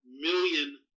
million